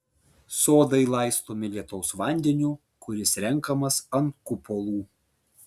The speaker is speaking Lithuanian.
sodai laistomi lietaus vandeniu kuris renkamas ant kupolų